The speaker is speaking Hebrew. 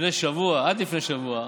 לפני שבוע, עד לפני שבוע,